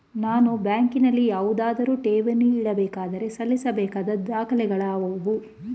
ನಾನು ಬ್ಯಾಂಕಿನಲ್ಲಿ ಯಾವುದಾದರು ಠೇವಣಿ ಇಡಬೇಕಾದರೆ ಸಲ್ಲಿಸಬೇಕಾದ ದಾಖಲೆಗಳಾವವು?